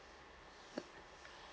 uh